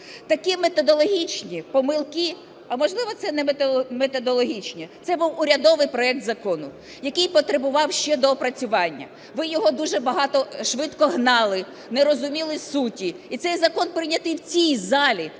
Такі методологічні помилки, а можливо, це не методологічні. Це був урядовий проект закону, який потребував ще доопрацювання. Ви його дуже швидко "гнали", не розуміли суті. І цей закон прийнятий в цій залі,